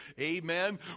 Amen